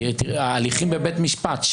ההליכים בבית המשפט,